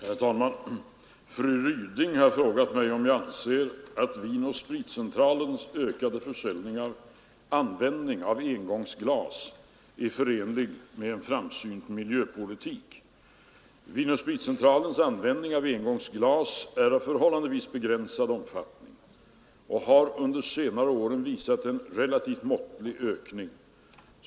Herr talman! Fru Ryding har frågat mig om jag anser att Vin & spritcentralens ökade användning av engångsglas är förenlig med en framsynt miljöpolitik. Vin & spritcentralens användning av engångsglas är av förhållandevis begränsad omfattning och har under de senaste åren visat en relativt måttlig ökning.